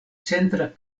centra